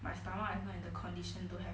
my stomach I heard the condition to her